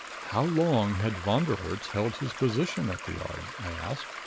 how long had von der herts held his position at the yard? i asked.